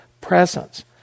presence